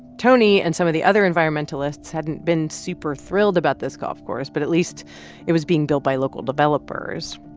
tony and some of the other environmentalists hadn't been super thrilled about this golf course, but at least it was being built by local developers.